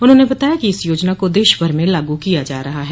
उन्होंने बताया कि इस योजना को देशभर में लागू किया जा रहा है